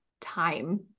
time